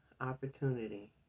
opportunity